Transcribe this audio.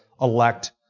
elect